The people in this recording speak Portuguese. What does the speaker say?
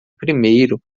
primeiro